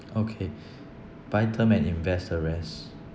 okay buy term and invest the rest